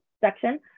section